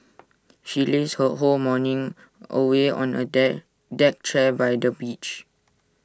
she lazed her whole morning away on A deck deck chair by the beach